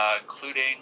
including